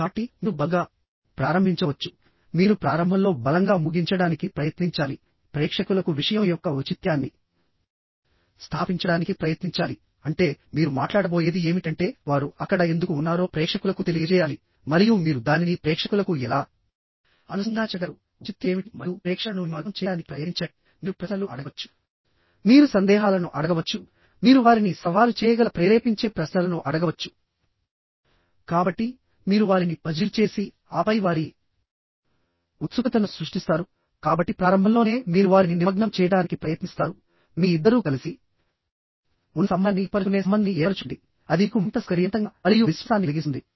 కాబట్టి మీరు బలంగా ప్రారంభించవచ్చుమీరు ప్రారంభంలో బలంగా ముగించడానికి ప్రయత్నించాలి ప్రేక్షకులకు విషయం యొక్క ఔచిత్యాన్ని స్థాపించడానికి ప్రయత్నించాలి అంటే మీరు మాట్లాడబోయేది ఏమిటంటే వారు అక్కడ ఎందుకు ఉన్నారో ప్రేక్షకులకు తెలియజేయాలి మరియు మీరు దానిని ప్రేక్షకులకు ఎలా అనుసంధానించగలరు ఔచిత్యం ఏమిటి మరియు ప్రేక్షకులను నిమగ్నం చేయడానికి ప్రయత్నించండి మీరు ప్రశ్నలు అడగవచ్చు మీరు సందేహాలను అడగవచ్చు మీరు వారిని సవాలు చేయగల ప్రేరేపించే ప్రశ్నలను అడగవచ్చు కాబట్టి మీరు వారిని పజిల్ చేసి ఆపై వారి ఉత్సుకతను సృష్టిస్తారు కాబట్టి ప్రారంభంలోనే మీరు వారిని నిమగ్నం చేయడానికి ప్రయత్నిస్తారు మీ ఇద్దరూ కలిసి ఉన్న సంబంధాన్ని ఏర్పరచుకునే సంబంధాన్ని ఏర్పరచుకోండి అది మీకు మరింత సౌకర్యవంతంగా మరియు విశ్వాసాన్ని కలిగిస్తుంది